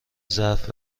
ظرف